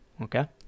okay